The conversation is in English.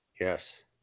Yes